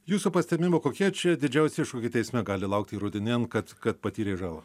jūsų pastebėjimu kokie čia didžiausi iššūkiai teisme gali laukti įrodinėjant kad kad patyrė žalą